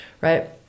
right